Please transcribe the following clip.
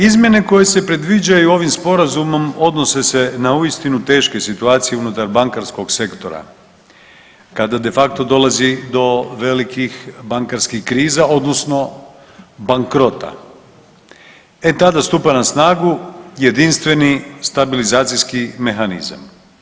Izmjene koje se predviđaju ovim sporazumom odnose se na uistinu teške situacije unutar bankarskog sektora kada de facto dolazi do velikih bankarskih kriza odnosno bankrota, e tada stupa na snagu jedinstveni stabilizacijski mehanizam.